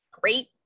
great